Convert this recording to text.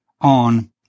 on